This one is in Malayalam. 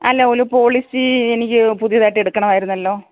അല്ല ഒരു പോളിസി എനിക്ക് പുതിയതായിട്ട് എടുക്കണമായിരുന്നല്ലോ